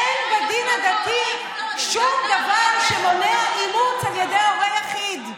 אין בדין הדתי שום דבר שמונע אימוץ על ידי הורה יחיד.